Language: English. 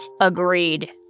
Agreed